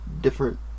different